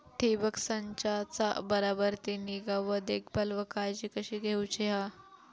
ठिबक संचाचा बराबर ती निगा व देखभाल व काळजी कशी घेऊची हा?